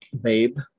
babe